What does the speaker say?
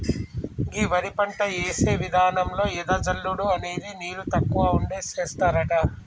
గీ వరి పంట యేసే విధానంలో ఎద జల్లుడు అనేది నీరు తక్కువ ఉంటే సేస్తారట